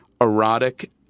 erotic